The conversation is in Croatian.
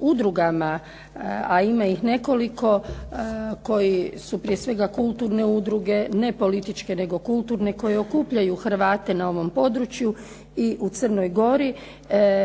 udrugama, a ima ih nekoliko koji su prije svega kulturne udruge, ne političke, nego kulturne koji okupljaju Hrvate na ovom području. I u Crnoj Gori